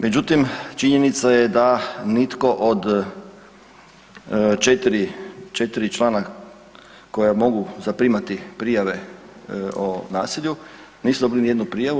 Međutim, činjenica je da nitko od 4 člana koja mogu zaprimati prijave o nasilju nisu dobili ni jednu prijavu.